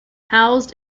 housed